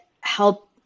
help